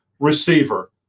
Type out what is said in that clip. receiver